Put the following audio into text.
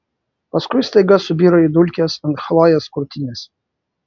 paskui staiga subiro į dulkes ant chlojės krūtinės